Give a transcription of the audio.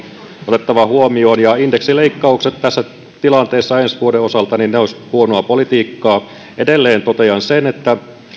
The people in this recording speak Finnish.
otettava huomioon ja indeksileikkaukset tässä tilanteessa ensi vuoden osalta olisivat huonoa politiikkaa edelleen totean sen että